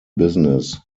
business